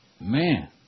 Man